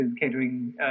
catering